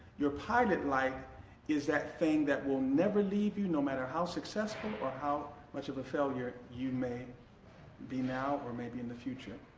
your pilot light is that thing that will never leave you no matter how successful or how much failure you may be now or may be in the future.